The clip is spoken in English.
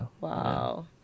Wow